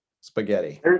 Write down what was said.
spaghetti